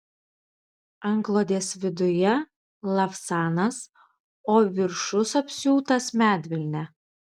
antklodės viduje lavsanas o viršus apsiūtas medvilne